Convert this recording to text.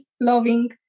loving